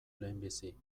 lehenbizi